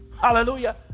hallelujah